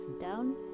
down